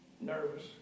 nervous